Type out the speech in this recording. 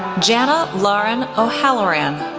janna lauren o'halloran,